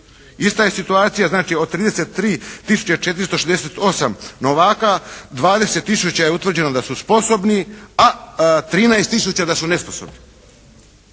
Ista je situacija znači od 33 tisuće 468 novaka 20 tisuća je utvrđeno da su sposobni, a 13 tisuća da su nesposobni.